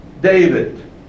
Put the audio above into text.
David